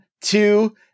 two